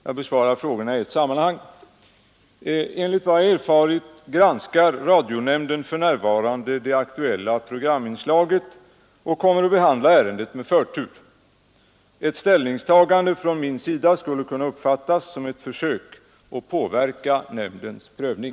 Jag besvarar frågorna i ett sammanhang. Enligt vad jag erfarit granskar radionämnden för närvarande det aktuella programinslaget och kommer att behandla ärendet med förtur. Ett ställningstagande från min sida skulle kunna uppfattas som ett försök att påverka nämndens prövning.